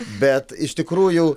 bet iš tikrųjų